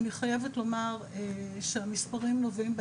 אני חייבת לומר שהמספרים נובעים,